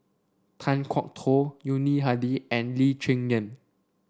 Kan Kwok Toh Yuni Hadi and Lee Cheng Yan